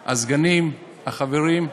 הסגנים, החברים.